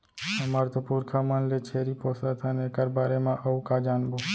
हमर तो पुरखा मन ले छेरी पोसत हन एकर बारे म अउ का जानबो?